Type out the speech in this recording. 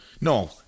no